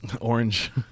Orange